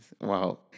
wow